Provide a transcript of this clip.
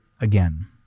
again